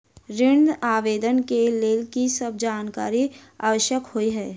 ऋण आवेदन केँ लेल की सब जानकारी आवश्यक होइ है?